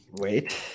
wait